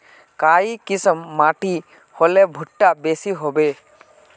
काई किसम माटी होले भुट्टा बेसी होबे?